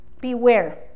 beware